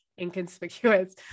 inconspicuous